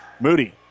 Moody